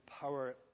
power